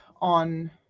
on